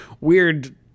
weird